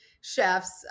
chefs